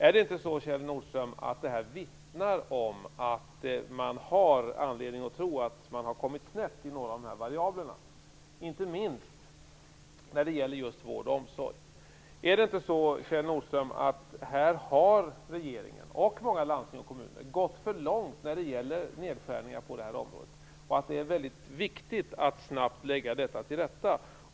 Är det inte så, Kjell Nordström, att detta vittnar om att man har anledning att tro att man har hamnat snett i några av variablerna, inte minst när det gäller vård och omsorg? Är det inte så, Kjell Nordström, att här har regeringen och många landstingskommuner gått för långt när det gäller nedskärningar på det här området och att det är väldigt viktigt att snabbt lägga detta till rätta?